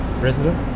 resident